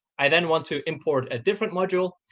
i then want to import a different module,